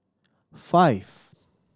five